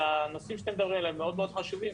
והנושאים שאתם מדברים עליהם מאוד מאוד חשובים,